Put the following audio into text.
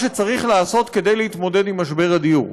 שצריך לעשות כדי להתמודד עם משבר הדיור.